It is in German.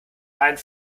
einen